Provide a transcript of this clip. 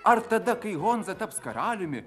ar tada kai honza taps karaliumi